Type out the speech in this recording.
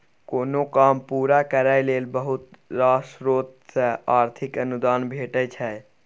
कोनो काम पूरा करय लेल बहुत रास स्रोत सँ आर्थिक अनुदान भेटय छै